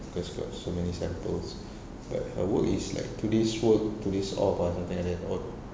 cause got so many samples but her work is like two days work two days off ah something like that or